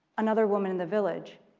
another woman in the village,